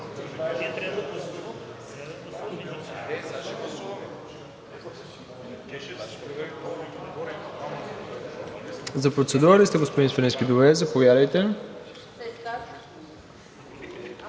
За процедура ли сте, господин Свиленски? Добре, заповядайте.